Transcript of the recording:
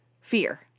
fear